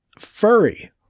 furry